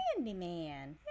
Candyman